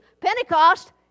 Pentecost